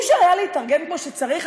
לא היה אפשר להתארגן כמו שצריך?